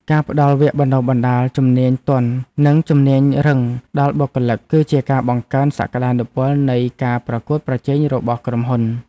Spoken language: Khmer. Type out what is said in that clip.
ការផ្តល់វគ្គបណ្តុះបណ្តាលជំនាញទន់និងជំនាញរឹងដល់បុគ្គលិក គឺជាការបង្កើនសក្តានុពលនៃការប្រកួតប្រជែងរបស់ក្រុមហ៊ុន។